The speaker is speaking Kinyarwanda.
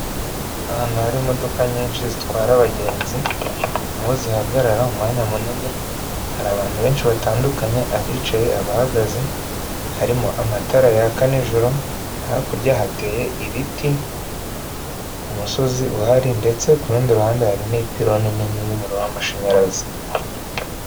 Ahantu hari imodoka nyinshi zitwara abagenzi, aho zihagarara umwanya munini, hari abantu benshi batandukanye, abicaye, abahagaze, harimo amatara yaka nijoro, hakurya hateye ibiti ku musozi uhari ndetse ku rundi ruhande hari ipironi nini y'umuriro w'amashanyarazi.